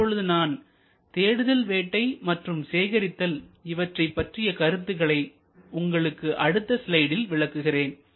இப்பொழுது நான் தேடுதல் வேட்டை மற்றும் சேகரித்தல் இவற்றைப் பற்றிய கருத்துக்களை உங்களுக்கு அடுத்த ஸ்லைடில் விளக்குகிறேன்